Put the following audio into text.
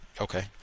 okay